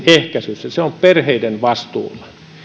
ehkäisyllä se on perheiden vastuulla